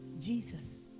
Jesus